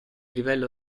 livello